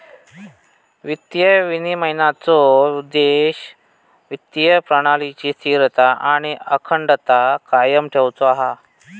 वित्तीय विनिमयनाचो उद्देश्य वित्तीय प्रणालीची स्थिरता आणि अखंडता कायम ठेउचो हा